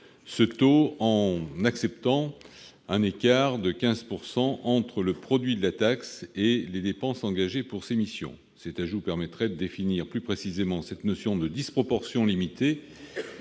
ce taux en acceptant un écart de 15 % entre le produit de la taxe et les dépenses engagées pour ces missions. Cet ajout permettrait de définir plus précisément cette notion de disproportion limitée